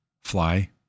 fly